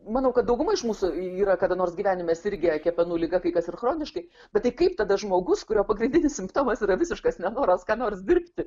manau kad dauguma iš mūsų yra kada nors gyvenime sirgę kepenų liga kai kas sinchroniškai bet tai kaip tada žmogus kurio pagrindinis simptomas yra visiškas nenoras ką nors dirbti